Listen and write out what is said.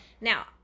Now